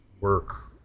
work